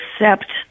accept